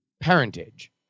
parentage